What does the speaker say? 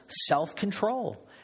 self-control